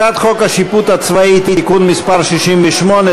הצעת חוק השיפוט הצבאי (תיקון מס' 68),